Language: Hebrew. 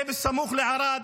זה סמוך לערד.